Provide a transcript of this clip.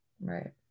Right